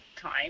time